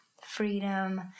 Freedom